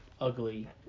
ugly